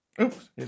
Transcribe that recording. Oops